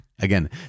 Again